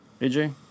AJ